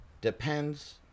depends